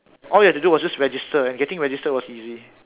all you have to do was just register and getting registered was easy